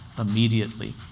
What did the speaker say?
immediately